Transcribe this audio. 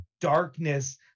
darkness